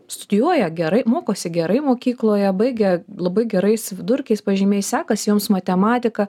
studijuoja gerai mokosi gerai mokykloje baigia labai gerais vidurkiais pažymiais sekasi joms matematika